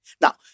Now